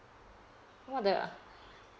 you know the uh